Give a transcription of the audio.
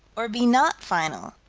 or be not final.